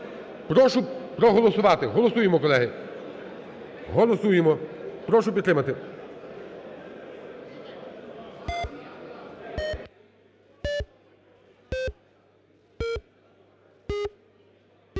Прошу проголосувати. Голосуємо, колеги. Голосуємо. Прошу підтримати.